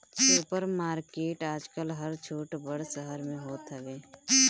super market आजकल हर छोट बड़ शहर में होत हवे